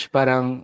Parang